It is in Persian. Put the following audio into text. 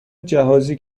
جهازی